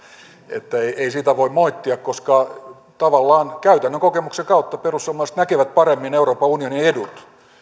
että ei siitä voi moittia koska tavallaan käytännön kokemuksen kautta perussuomalaiset näkevät paremmin euroopan unionin edut